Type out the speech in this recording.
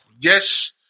Yes